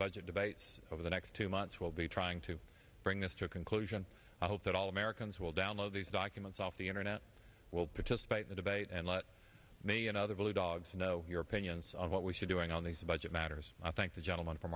budget debates over the next two months will be trying to bring this to a conclusion i hope that all americans will download these documents off the internet will participate in the debate and let me and other blue dogs know your opinions on what we should doing on these budget matters i thank the gentleman from